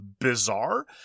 bizarre